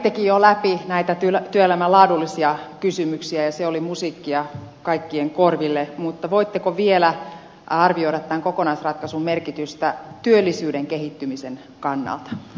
kävittekin jo läpi näitä työelämän laadullisia kysymyksiä ja se oli musiikkia kaikkien korville mutta voitteko vielä arvioida tämän kokonaisratkaisun merkitystä työllisyyden kehittymisen kannalta